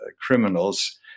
criminals